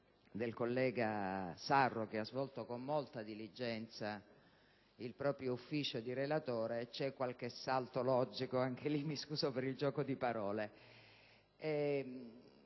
del senatore Sarro, che ha svolto con molta diligenza il proprio ufficio di relatore, c'è qualche salto logico (mi scuso per il gioco di parole).